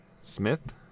Smith